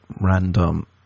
Random